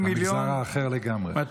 המגזר האחר לגמרי.